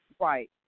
Right